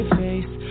face